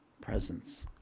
presence